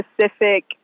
specific